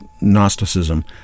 gnosticism